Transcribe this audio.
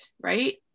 Right